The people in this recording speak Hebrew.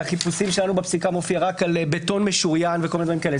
מהחיפושים שלנו בפסיקה מופיע רק על בטון משוריין וכל מיני דברים כאלה.